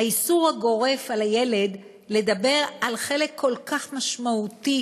האיסור הגורף על הילד לדבר על חלק כל כך משמעותי